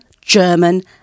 German